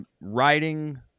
writing